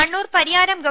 കണ്ണൂർ പരിയാരം ഗവ